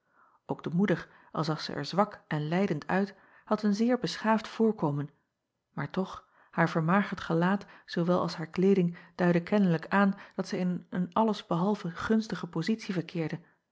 ok de moeder al zag zij er zwak en lijdend uit had een zeer beschaafd voorkomen maar toch haar vermagerd gelaat zoowel als haar kleeding duidden kennelijk aan dat zij in een alles behalve gunstige pozitie verkeerde